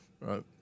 Right